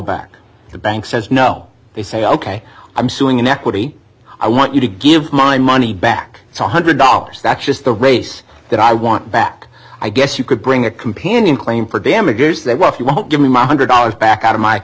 to the bank says no they say ok i'm suing inequity i want you to give my money back it's one hundred dollars that's just the race that i want back i guess you could bring a companion claim for damages they will if you won't give me my one hundred dollars back out of my